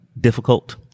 difficult